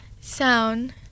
Sound